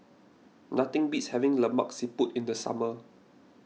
nothing beats having Lemak Siput in the summer